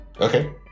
Okay